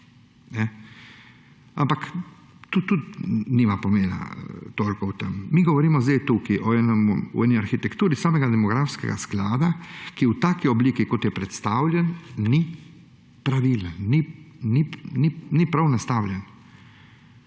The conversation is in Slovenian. Ampak to tudi nima pomena toliko v tem. Mi govorimo zdaj tukaj o eni arhitekturi samega demografskega sklada, ki v taki obliki, kot je predstavljen, ni pravilen, ni prav nastavljen.